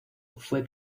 fue